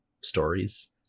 stories